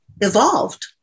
evolved